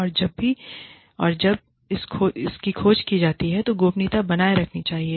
और जब भी और जब इस खोज की जाती है तो गोपनीयता बनाए रखी जानी चाहिए